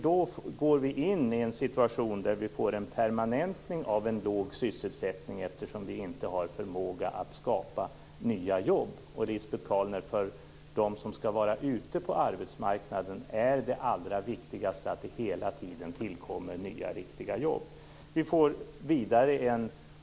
Då får vi en situation med en permanentning av en låg sysselsättning eftersom vi inte har förmåga att skapa nya jobb. För dem som skall vara ute på arbetsmarknaden är det allra viktigaste att det hela tiden tillkommer nya riktiga jobb, Lisbet Calner.